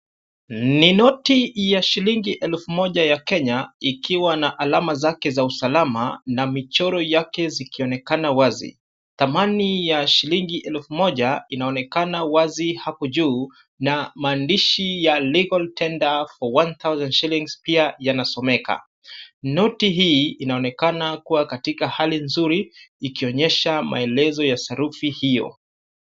Ni noti ya shilingi elfu moja ya Kenya ikiwa na alama zake za usalama na michoro yake zikionekana wazi. Thamani ya shilingi elfu moja inaonekana wazi hapo juu, na maandishi ya legal tender for one shillings pia yanasomeka. Noti hii inaonekana kuwa katika hali nzuri, ikionyesha maelezo ya sarufi hiyo.